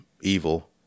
evil